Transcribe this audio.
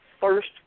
first